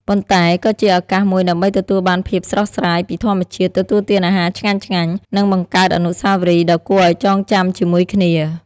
ប៉ុន្តែក៏ជាឱកាសមួយដើម្បីទទួលបានភាពស្រស់ស្រាយពីធម្មជាតិ ទទួលទានអាហារឆ្ងាញ់ៗ និងបង្កើតអនុស្សាវរីយ៍ដ៏គួរឲ្យចងចាំជាមួយគ្នា។